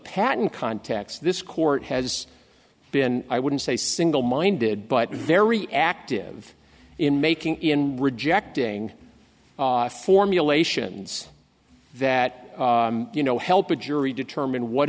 patent context this court has been i wouldn't say single minded but very active in making in rejecting formulations that you know help a jury determine what